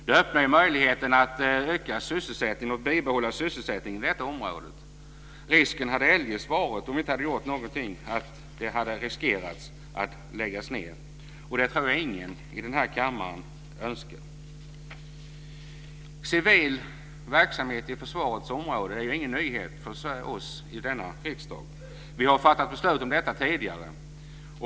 Det öppnar möjligheten att öka sysselsättningen och bibehålla sysselsättningen i detta område. Om vi inte hade gjort någonting hade risken eljest varit att det hade riskerat att läggas ned. Och det tror jag ingen i den här kammaren önskar. Civil verksamhet på försvarets område är ingen nyhet för oss i denna riksdag. Vi har fattat beslut om detta tidigare.